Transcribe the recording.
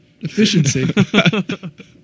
Efficiency